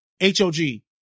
H-O-G